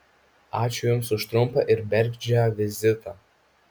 ačiū jums už trumpą ir bergždžią vizitą